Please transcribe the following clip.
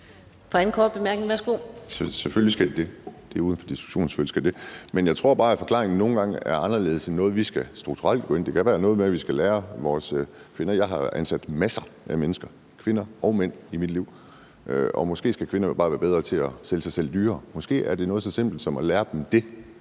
Værsgo. Kl. 15:15 Kim Edberg Andersen (NB): Selvfølgelig skal de det. Det er uden for diskussion: Selvfølgelig skal de det. Men jeg tror bare, at forklaringen nogle gange er noget andet end noget, vi strukturelt skal gøre noget ved. Det kan måske være noget med, at vi skal lære vores kvinder – jeg har ansat masser af mennesker, kvinder og mænd, i mit liv – at være bedre til at sælge sig selv dyrere. Måske er det noget så simpelt som at lære dem det,